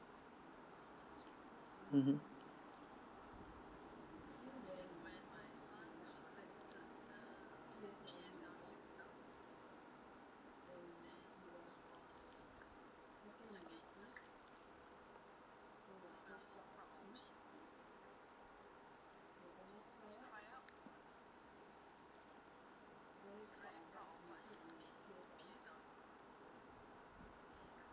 (uh huh)